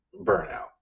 burnout